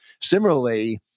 similarly